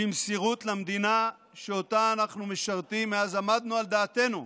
במסירות למדינה שאותה אנו משרתים מאז עמדנו על דעתנו,